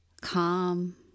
calm